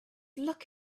look